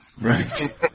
Right